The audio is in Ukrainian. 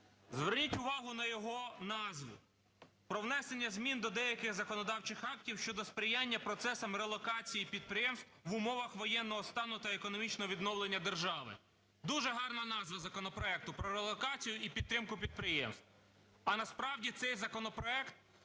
Зверніть увагу на його назву, про внесення змін до деяких законодавчих актів щодо сприяння процесам релокації підприємств в умовах воєнного стану та економічного відновлення держави. Дуже гарна назва законопроекту, про релокацію і підтримку підприємств, а насправді цей законопроект